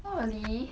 not really